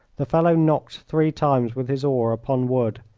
the fellow knocked three times with his oar upon wood,